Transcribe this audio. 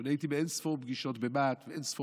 אני הייתי באין-ספור פגישות במה"ט ובאין-ספור